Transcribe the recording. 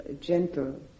gentle